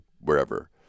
wherever